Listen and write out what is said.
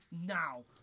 Now